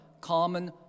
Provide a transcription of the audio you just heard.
common